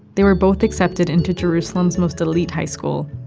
they were both accepted into jerusalem's most elite high school,